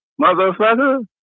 motherfucker